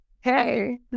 hey